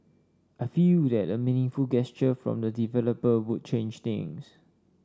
I feel that a meaningful gesture from the developer would change things